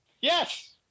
Yes